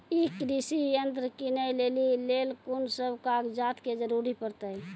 ई कृषि यंत्र किनै लेली लेल कून सब कागजात के जरूरी परतै?